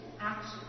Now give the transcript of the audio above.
action